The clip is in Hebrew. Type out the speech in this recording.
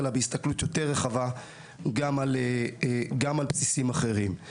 אלא בהסתכלות יותר רחבה גם על בסיסים אחרים.